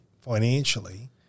financially